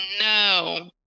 No